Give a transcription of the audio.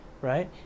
right